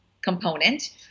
component